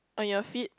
on your feet